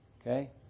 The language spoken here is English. Okay